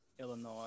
illinois